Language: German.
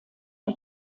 der